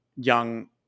young